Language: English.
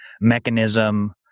mechanism